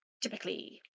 Typically